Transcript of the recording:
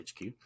HQ